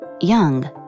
Young